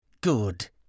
Good